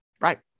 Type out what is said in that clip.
Right